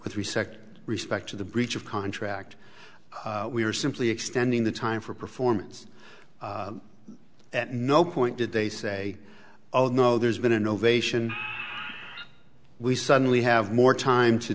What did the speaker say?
with respect respect to the breach of contract we are simply extending the time for performance at no point did they say oh no there's been innovation we suddenly have more time to